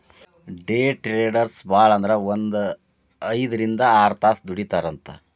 ಡೆ traders ಭಾಳಂದ್ರ ಒಂದ್ ಐದ್ರಿಂದ್ ಆರ್ತಾಸ್ ದುಡಿತಾರಂತ್